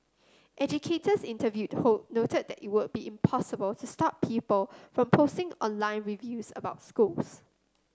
educators interviewed noted that it would be impossible to stop people from posting online reviews about schools